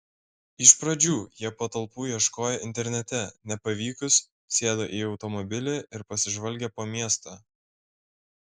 iš pradžių jie patalpų ieškojo internete nepavykus sėdo į automobilį ir pasižvalgė po miestą